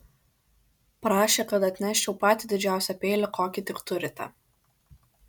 prašė kad atneščiau patį didžiausią peilį kokį tik turite